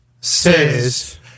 says